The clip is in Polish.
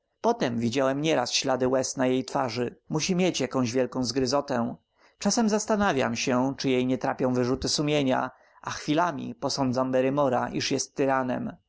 potem widziałem nieraz ślady łez na jej twarzy musi mieć jakoś wielką zgryzotę czasami zastanawiam się czy jej nie trapią wyrzuty sumienia a chwilami posądzam barrymora iż jest